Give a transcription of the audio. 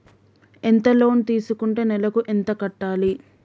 ఎంత లోన్ తీసుకుంటే నెలకు ఎంత కట్టాలి?